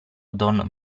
don